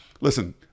listen